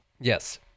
Yes